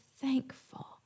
thankful